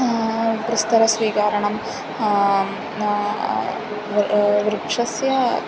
प्रस्तरस्वीकरणं वृ वृक्षस्य